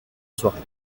soirée